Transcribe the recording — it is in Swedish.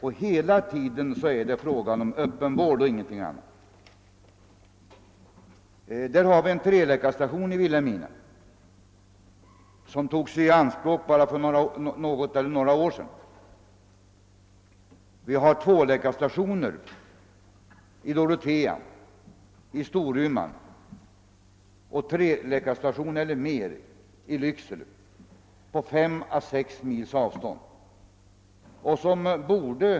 Hela tiden är det fråga om öppen vård och ingenting annat. I Vilhelmina finns en treläkarstation, som togs i anspråk bara för några år sedan. Tvåläkarstationer finns i Dorotea och Storuman samt en treläkarstation i Lycksele på 8—10 mils avstånd från Vilhelmina.